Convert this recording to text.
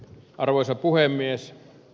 arvoisa puhemies